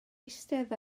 eistedd